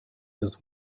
his